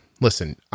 Listen